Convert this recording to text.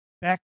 back